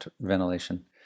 ventilation